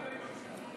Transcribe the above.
תמיד אני מקשיב לך.